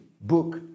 book